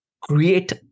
create